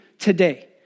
today